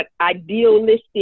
idealistic